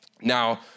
Now